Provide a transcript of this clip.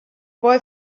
boy